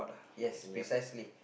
yes precisely